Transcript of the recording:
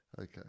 Okay